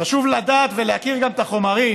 חשוב לדעת ולהכיר גם את החומרים.